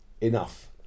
enough